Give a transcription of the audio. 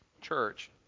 church